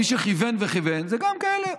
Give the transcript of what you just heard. מי שכיוון וכיוון הם גם כאלה,